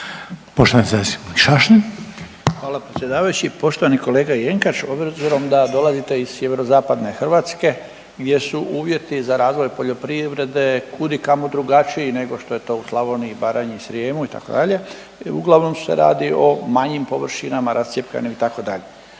Stipan (HDZ)** Hvala predsjedavajući. Poštovani kolega Jenkač, obzirom da dolazite iz sjeverozapadne Hrvatske gdje su uvjeti za razvoj poljoprivrede kud i kamo drugačiji nego što je to u Slavoniji, Baranji i Srijemu itd., uglavnom se radi o manjim površinama, rascjepkanim, itd.,